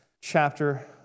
chapter